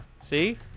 See